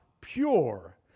pure